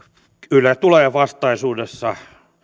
yle tulee vastaisuudessa